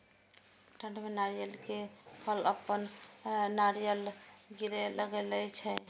ठंड में नारियल के फल अपने अपनायल गिरे लगए छे?